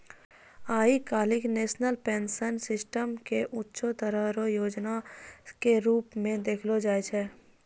आइ काल्हि national pension system के ऊंचों स्तर रो योजना के रूप मे देखलो जाय छै